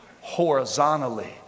horizontally